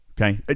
Okay